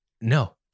No